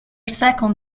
second